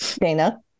Dana